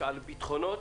על ביטחונות,